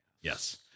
Yes